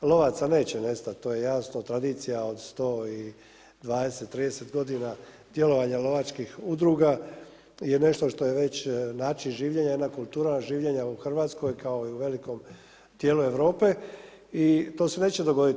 Lovaca neće nestati, to je jasno, tradicija od 120, 30 godina djelovanja lovačkih udruga je nešto što je već način življenja, jedna kultura življenja u Hrvatskoj kao i u velikom dijelu Europe i to se neće dogoditi.